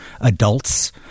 adults